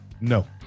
No